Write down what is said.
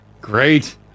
Great